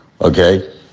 okay